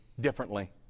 differently